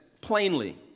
plainly